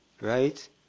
right